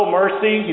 mercy